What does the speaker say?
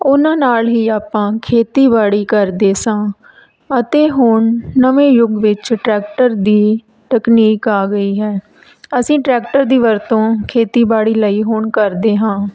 ਉਹਨਾਂ ਨਾਲ ਹੀ ਆਪਾਂ ਖੇਤੀਬਾੜੀ ਕਰਦੇ ਸੀ ਅਤੇ ਹੁਣ ਨਵੇਂ ਯੁੱਗ ਵਿੱਚ ਟਰੈਕਟਰ ਦੀ ਟਕਨੀਕ ਆ ਗਈ ਹੈ ਅਸੀਂ ਟਰੈਕਟਰ ਦੀ ਵਰਤੋਂ ਖੇਤੀਬਾੜੀ ਲਈ ਹੁਣ ਕਰਦੇ ਹਾਂ